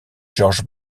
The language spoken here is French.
georges